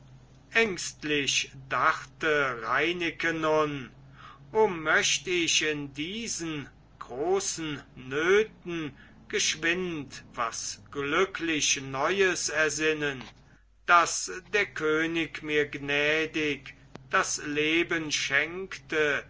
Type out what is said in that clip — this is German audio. ängstlich dachte reineke nun o möcht ich in diesen großen nöten geschwind was glücklich neues ersinnen daß der könig mir gnädig das leben schenkte